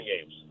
games